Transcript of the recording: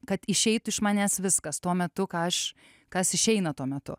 kad išeitų iš manęs viskas tuo metu ką aš kas išeina tuo metu